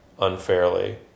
unfairly